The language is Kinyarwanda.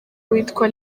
witwa